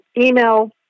email